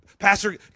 Pastor